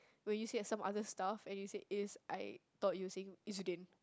when you say as some other stuff and you say is I thought you were saying is you didn't